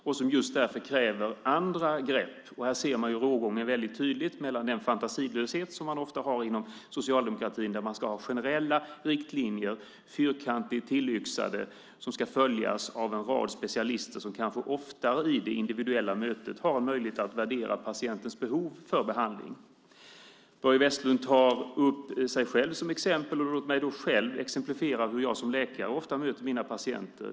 Det här kräver därför andra grepp, och här ser man rågången väldigt tydligt med den fantasilöshet som ofta finns inom socialdemokratin, där man ska ha generella riktlinjer, fyrkantigt tillyxade, som ska följas av en rad specialister som kanske oftare i det individuella mötet har en möjlighet att värdera patientens behov för behandling. Börje Vestlund tar upp sig själv som exempel. Låt mig då själv exemplifiera hur jag som läkare ofta möter mina patienter.